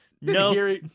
No